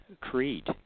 Creed